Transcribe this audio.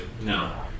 No